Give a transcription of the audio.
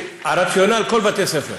הרציונל, כל בתי הספר,